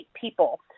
people